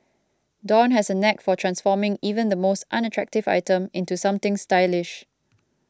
dawn has a knack for transforming even the most unattractive item into something stylish